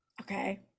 Okay